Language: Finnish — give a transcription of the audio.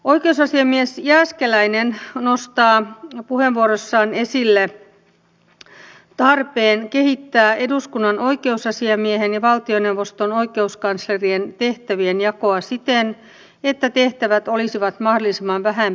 oikeusasiamies jääskeläinen nostaa puheenvuorossaan esille tarpeen kehittää eduskunnan oikeusasiamiehen ja valtioneuvoston oikeuskanslerien tehtävien jakoa siten että tehtävät olisivat mahdollisimman vähän päällekkäisiä